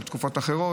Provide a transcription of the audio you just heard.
לתקופות אחרות,